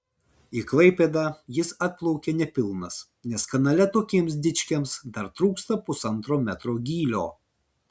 į klaipėdą jis atplaukė nepilnas nes kanale tokiems dičkiams dar trūksta pusantro metro gylio